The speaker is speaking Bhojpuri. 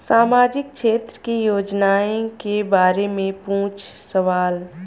सामाजिक क्षेत्र की योजनाए के बारे में पूछ सवाल?